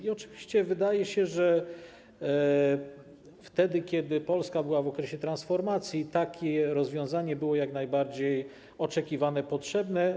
I oczywiście wydaje się, że wtedy, kiedy Polska była w okresie transformacji, takie rozwiązanie było jak najbardziej oczekiwane, potrzebne.